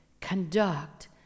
conduct